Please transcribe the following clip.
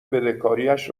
بدهکاریش